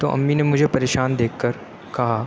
تو امّی نے مجھے پریشان دیکھ کر کہا